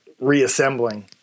reassembling